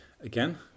again